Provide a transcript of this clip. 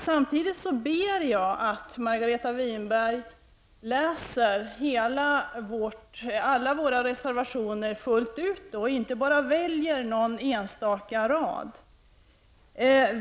Samtidigt ber jag Margareta Winberg att läsa alla våra reservationer och inte bara ta upp någon enstaka rad.